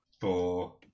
four